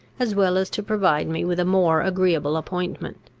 as well as to provide me with a more agreeable appointment.